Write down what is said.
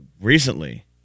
recently